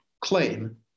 Claim